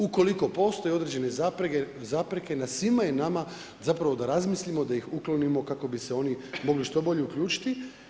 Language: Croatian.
Ukoliko postoje određene zapreke, na svima je nama zapravo da razmislimo, da ih uklonimo kako bi se oni mogu što bolje uključiti.